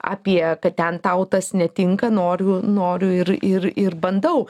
apie kad ten tau tas netinka noriu noriu ir ir ir bandau